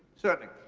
certainly,